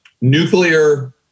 nuclear